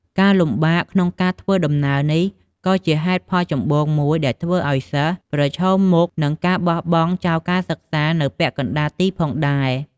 ការលំបាកក្នុងការធ្វើដំណើរនេះ ក៏ជាហេតុផលចម្បងមួយដែលធ្វើឲ្យសិស្ស ប្រឈមមុខនឹងការបោះបង់ចោលការសិក្សា នៅពាក់កណ្តាលទីផងដែរ។